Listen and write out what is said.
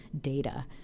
data